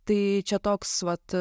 tai čia toks vat